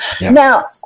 Now